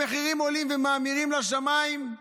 המחירים עולים ומאמירים לשמיים,